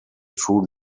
true